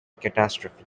catastrophe